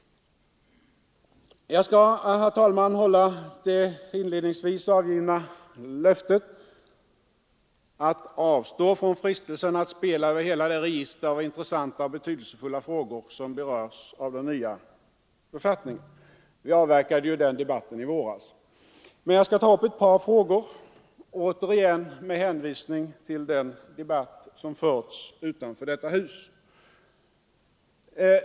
Jag skall, herr talman, hålla det inledningsvis avgivna löftet att inte falla för frestelsen att spela över hela det register av intressanta och betydelsefulla frågor som berörs av den nya författningen. Vi avverkade ju den debatten i våras. Men jag skall ta upp ett par frågor, återigen med hänvisning till den debatt som förts utanför detta hus.